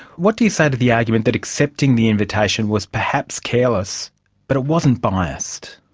what do you say to the argument that accepting the invitation was perhaps careless but it wasn't biased?